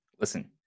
Listen